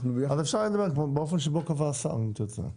אנחנו ביחד -- אז אפשר באופן שבו קבע השר אם תרצה.